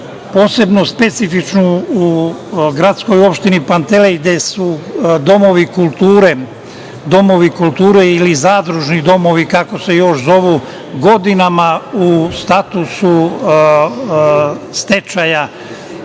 posebno specifično u gradskoj opštini Pantelej gde su domovi kulture, ili zadružni domovi, kako se još zovu, godinama u statusu stečaja